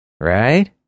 Right